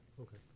Okay